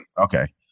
Okay